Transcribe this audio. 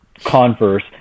converse